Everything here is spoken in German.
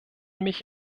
mich